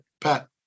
Pat